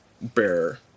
bear